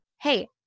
Hey